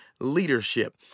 leadership